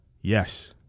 Yes